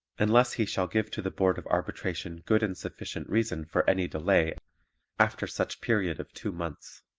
unless he shall give to the board of arbitration good and sufficient reason for any delay after such period of two months.